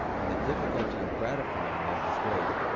and the difficulty of gratifying them is great,